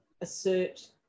assert